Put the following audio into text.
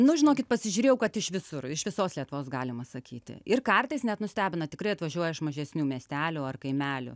nu žinokit pasižiūrėjau kad iš visur iš visos lietuvos galima sakyti ir kartais net nustebina tikrai atvažiuoja iš mažesnių miestelių ar kaimelių